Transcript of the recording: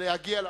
להגיע לאולם.